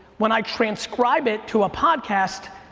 when i transcribe it to a podcast,